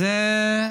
שאני